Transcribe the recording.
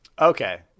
Okay